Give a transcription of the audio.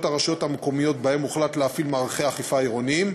הרשויות המקומיות שבהן הוחלט להפעיל מערכי אכיפה עירוניים,